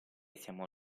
siamo